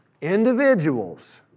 Individuals